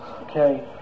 Okay